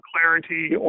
clarity